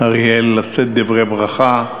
אריאל לשאת דברי ברכה.